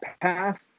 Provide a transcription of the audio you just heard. path